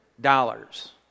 dollars